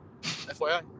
FYI